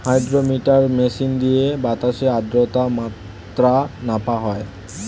hydrometer machine দিয়ে বাতাসের আদ্রতার মাত্রা মাপা হয়